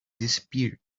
disappeared